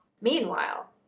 Meanwhile